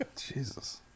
Jesus